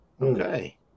Okay